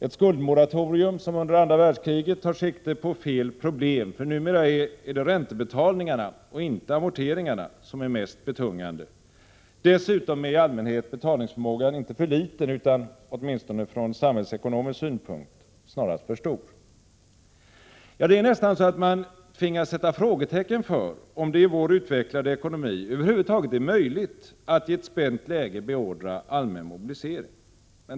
Ett skuldmoratorium, som under andra världskriget, tar sikte på fel problem. Numera är det nämligen räntebetalningarna och inte amorteringarna som är mest betungande. Dessutom är betalningsförmågan i allmänhet inte för liten utan, åtminstone från samhällsekonomisk synpunkt, snarast för stor. Det är nästan så att man tvingas sätta frågetecken för, om det i vår utvecklade ekonomi över huvud taget är möjligt att i ett spänt läge beordra allmän mobilisering.